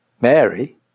Mary